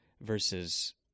versus